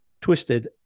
twisted